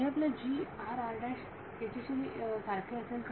विद्यार्थी हे आपल्या ह्याच्याशी सारखे असेल का